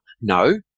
no